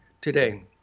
today